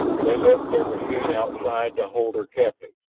they left their machine outside to hold her captive.